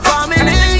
Family